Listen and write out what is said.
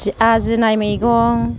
जि आजोनाय मैगं